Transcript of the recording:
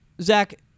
Zach